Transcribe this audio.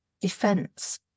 defense